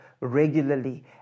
regularly